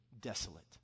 desolate